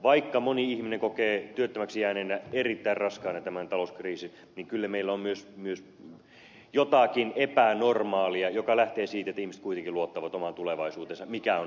vaikka moni ihminen kokee työttömäksi jääneenä erittäin raskaana tämän talouskriisin niin kyllä meillä on myös jotakin epänormaalia joka lähtee siitä että ihmiset kuitenkin luottavat omaan tulevaisuuteensa mikä on hyvä asia